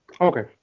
Okay